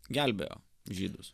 gelbėjo žydus